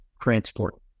transport